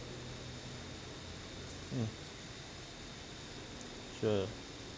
mm sure